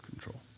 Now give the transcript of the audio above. control